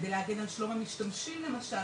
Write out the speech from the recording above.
כדי להגן על שלום המשתמשים למשל,